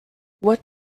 what